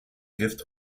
gift